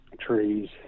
trees